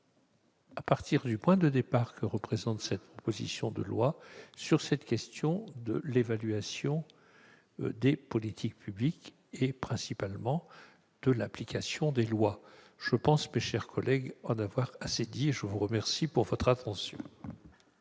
à partir du point de départ que représente cette proposition de loi, sur cette question de l'évaluation des politiques publiques, et principalement de l'application des lois. Je pense, mes chers collègues, en avoir assez dit ! Personne ne demande la parole contre la motion